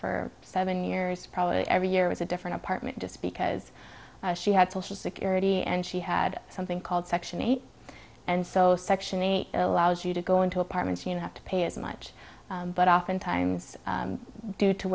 for seven years probably every year was a different apartment just because she had social security and she had something called section eight and so section eight allows you to go into apartments you have to pay as much but often times due to